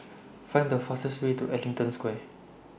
Find The fastest Way to Ellington Square